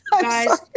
guys